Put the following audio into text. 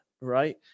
right